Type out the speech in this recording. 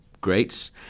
greats